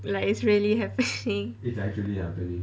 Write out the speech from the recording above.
it's really happening